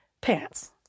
pants